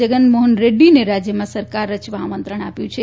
જગન મોફન રેડ્ડીને રાજ્યમાં સરકાર રચવા આમંત્રણ આપ્યું છે